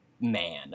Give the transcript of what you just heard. man